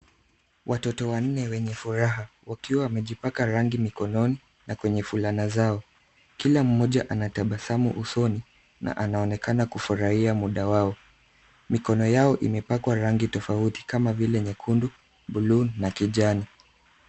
Watoto wanne wenye furaha wakiwa wamejipaka rangi mikononi na kwenye fulana zao. Kila mmoja anatabasamu usoni na anaonekana kufurahia muda wao. Mikono yao imepakwa rangi tofauti kama vile nyekundu, buluu na kijani.